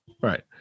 Right